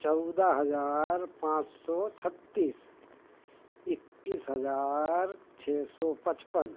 चौदह हज़ार पाँच सौ छत्तीस इक्कीस हज़ार छः सौ पचपन